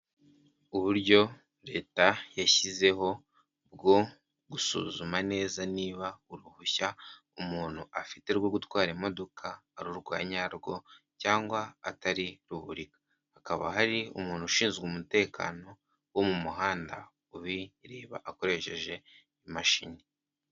Uburyo leta yashyizeho bwo gusuzuma neza niba uruhushya umuntu afite rwo gutwara imodoka ari urwanyarwo cyangwa atari ruhurika hakaba hari umuntu ushinzwe umutekano wo mu muhanda ubireba akoresheje imashini.